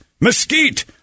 mesquite